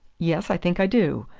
yes, i think i do.